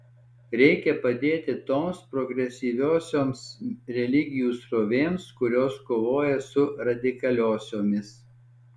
reikia padėti toms progresyviosioms religijų srovėms kurios kovoja su radikaliosiomis